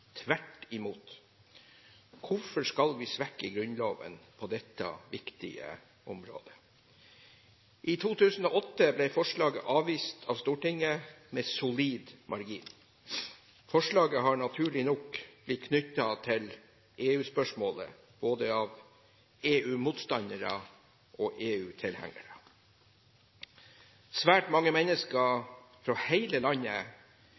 tvert imot. Hvorfor skal vi svekke Grunnloven på dette viktige området? I 2008 ble forslaget avvist av Stortinget med solid margin. Forslaget har naturlig nok blitt knyttet til EU-spørsmålet av både EU-motstandere og EU-tilhengere. Svært mange mennesker fra hele landet